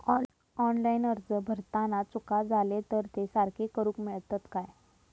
Online अर्ज भरताना चुका जाले तर ते सारके करुक मेळतत काय?